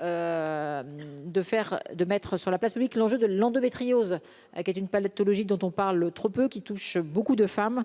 De mettre sur la place publique, l'enjeu de l'endométriose ah, qui est une palette tologiques dont on parle trop peu, qui touche beaucoup de femmes,